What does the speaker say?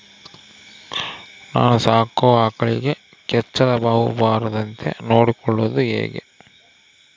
ನಾನು ಸಾಕೋ ಆಕಳಿಗೆ ಕೆಚ್ಚಲುಬಾವು ಬರದಂತೆ ನೊಡ್ಕೊಳೋದು ಹೇಗೆ?